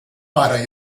pare